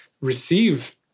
receive